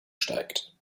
steigt